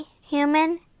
human